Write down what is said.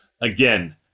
Again